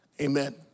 Amen